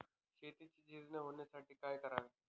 शेतीची झीज न होण्यासाठी काय करावे?